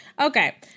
Okay